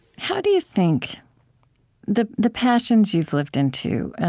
how do you think the the passions you've lived into,